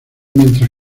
mientras